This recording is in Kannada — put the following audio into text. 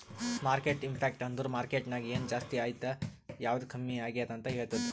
ಮಾರ್ಕೆಟ್ ಇಂಪ್ಯಾಕ್ಟ್ ಅಂದುರ್ ಮಾರ್ಕೆಟ್ ನಾಗ್ ಎನ್ ಜಾಸ್ತಿ ಆಯ್ತ್ ಯಾವ್ದು ಕಮ್ಮಿ ಆಗ್ಯಾದ್ ಅಂತ್ ಹೇಳ್ತುದ್